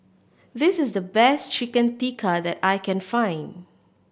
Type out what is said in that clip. this is the best Chicken Tikka that I can find